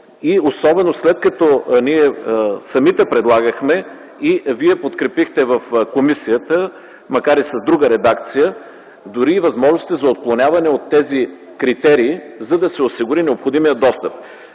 особено след като ние самите предлагахме и Вие подкрепихте в комисията, макар и с друга редакция, дори и възможностите за отклоняване от тези критерии, за да се осигури необходимият достъп.